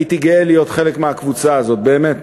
הייתי גאה להיות חלק מהקבוצה הזאת, באמת,